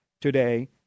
today